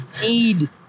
need